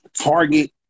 target